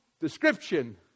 description